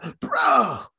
Bro